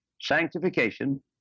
sanctification